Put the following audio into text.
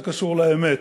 זה קשור לאמת.